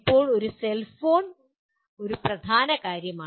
ഇപ്പോൾ സെൽഫോൺ ഒരു പ്രധാന കാര്യമാണ്